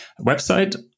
website